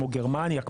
כמו גרמניה,